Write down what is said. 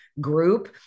group